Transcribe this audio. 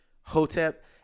Hotep